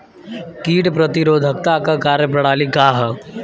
कीट प्रतिरोधकता क कार्य प्रणाली का ह?